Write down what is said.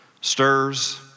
stirs